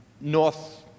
North